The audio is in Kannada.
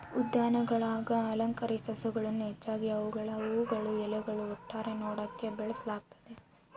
ಉದ್ಯಾನಗುಳಾಗ ಅಲಂಕಾರಿಕ ಸಸ್ಯಗಳನ್ನು ಹೆಚ್ಚಾಗಿ ಅವುಗಳ ಹೂವುಗಳು ಎಲೆಗಳು ಒಟ್ಟಾರೆ ನೋಟಕ್ಕಾಗಿ ಬೆಳೆಸಲಾಗ್ತದ